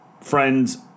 friends